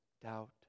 doubt